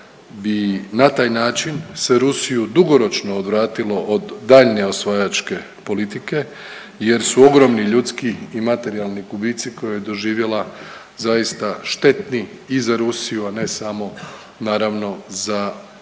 bi na taj način se Rusiju dugoročno odvratilo od daljnje osvajačke politike jer su ogromni ljudski i materijalni gubici koje je doživjela zaista štetni i za Rusiju, a ne samo naravno za zemlju